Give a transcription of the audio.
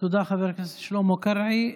תודה, חבר הכנסת שלמה קרעי.